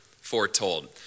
foretold